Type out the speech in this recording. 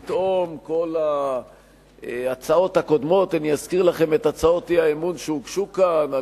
פתאום כל ההצעות הקודמות אזכיר לכם את הצעות האי-אמון שהוגשו כאן על